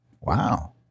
wow